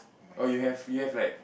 oh you have you have like